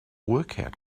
workout